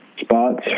spots